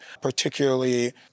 particularly